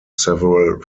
several